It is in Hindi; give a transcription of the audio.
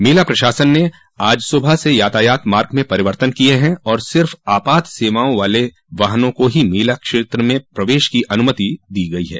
मेला प्रशासन ने आज सुबह से यातायात मार्ग में परिवर्तन किये हैं और सिर्फ़ आपात सेवाओं वाले वाहनों को ही मेला क्षेत्र में प्रवेश की अनुमति दी गई है